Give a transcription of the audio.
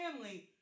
family